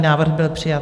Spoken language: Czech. Návrh byl přijat.